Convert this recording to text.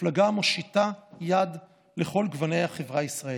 מפלגה המושיטה יד לכל גווני החברה הישראלית.